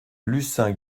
lucien